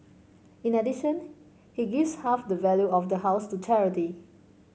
in addition he gives half the value of the house to charity